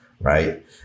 Right